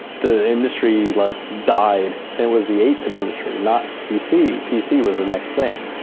the industry like died. it was the eight bit industry and not pc. pc was the next thing.